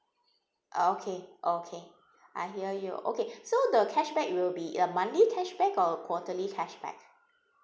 okay okay I hear you okay so the cashback will be uh monthly cashback or quarterly cashback